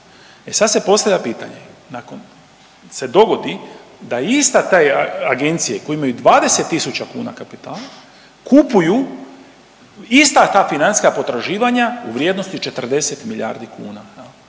se ne razumije/… se dogodi da iste te agencije koje imaju 20 tisuća kuna kapitala kupuju ista ta financijska potraživanja u vrijednosti 40 milijardi kuna